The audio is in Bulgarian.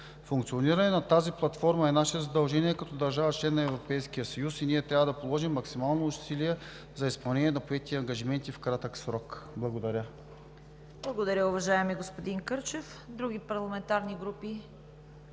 Функционирането на тази платформа е наше задължение като държава – член на Европейския съюз, и ние трябва да положим максимални усилия за изпълнение на поетия ангажимент, и то в кратък срок. Благодаря. ПРЕДСЕДАТЕЛ ЦВЕТА КАРАЯНЧЕВА: Благодаря, уважаеми господин Кърчев. Други парламентарни групи